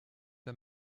der